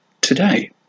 today